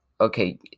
okay